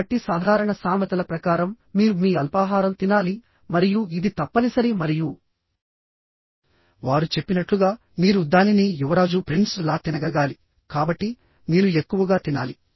కాబట్టి సాధారణ సామెతల ప్రకారం మీరు మీ అల్పాహారం తినాలి మరియు ఇది తప్పనిసరి మరియువారు చెప్పినట్లుగా మీరు దానిని యువరాజు లా తినగలగాలి కాబట్టి మీరు ఎక్కువగా తినాలి